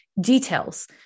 details